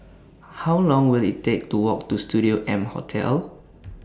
How Long Will IT Take to Walk to Studio M Hotel